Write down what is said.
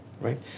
right